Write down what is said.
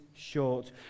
Short